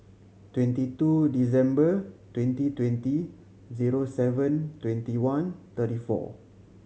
twenty two December twenty twenty zero seven twenty one thirty four